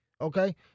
okay